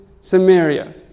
Samaria